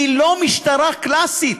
היא לא משטרה קלאסית,